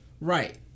right